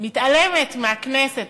מתעלמת מהכנסת.